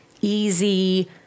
easy